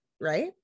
right